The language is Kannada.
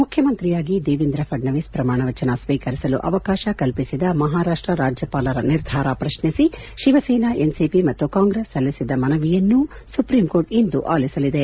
ಹೆಡ್ ಮುಖ್ಯಮಂತ್ರಿಯಾಗಿ ದೇವೇಂದ್ರ ಫಡ್ನವೀಸ್ ಪ್ರಮಾಣ ವಚನ ಸ್ವೀಕರಿಸಲು ಅವಕಾಶ ಕಲ್ಪಿಸಿದ ಮಹಾರಾಷ್ನ ರಾಜ್ಯಪಾಲರ ನಿರ್ಧಾರ ಪ್ರಶ್ನಿಸಿ ಶಿವಸೇನಾ ಎನ್ಸಿಒ ಮತ್ತು ಕಾಂಗ್ರೆಸ್ ಸಲ್ಲಿಸಿದ್ದ ಮನವಿಯನ್ನು ಸುಪ್ರೀಂ ಕೋರ್ಟ್ ಇಂದು ಆಲಿಸಲಿದೆ